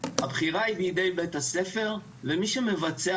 הבחירה היא בידי בית הספר ומי שמבצע